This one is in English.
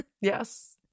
Yes